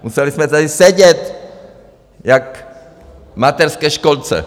Museli jsme tady sedět jak v mateřské školce.